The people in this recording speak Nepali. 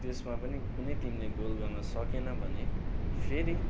त्यसमा पनि कुनै टिमले गोल गर्न सकेन भने फेरि